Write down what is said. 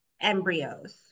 embryos